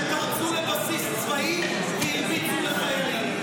שפרצו לבסיס צבאי והרביצו לחיילים?